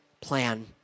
plan